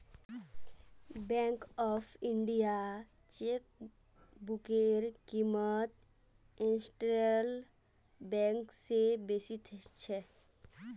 bank of इंडियात चेकबुकेर क़ीमत सेंट्रल बैंक स बेसी छेक